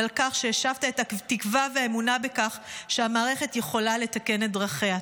ועל כך שהשבת את התקווה והאמונה בכך שהמערכת יכולה לתקן את דרכיה.